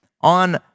on